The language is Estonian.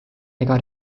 ega